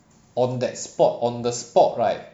on that spot on the spot right